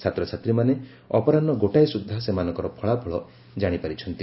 ଛାତ୍ରଛାତ୍ରୀମାନେ ଅପରାହ୍ନ ଗୋଟାଏ ସୁଦ୍ଧା ସେମାନଙ୍କର ଫଳାଫଳ ଜାଣିପାରିଚ୍ଚନ୍ତି